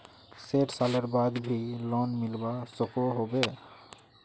सैट सालेर बाद भी लोन मिलवा सकोहो होबे?